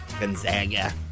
Gonzaga